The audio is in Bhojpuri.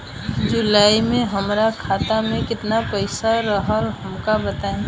जुलाई में हमरा खाता में केतना पईसा रहल हमका बताई?